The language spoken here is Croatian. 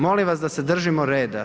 Molim vas da se držimo reda.